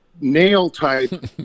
nail-type